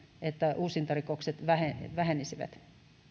että uusintarikokset vähenisivät